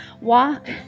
Walk